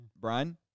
Brian